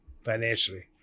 financially